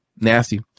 Nasty